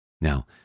Now